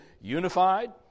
unified